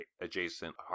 adjacent